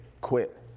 Quit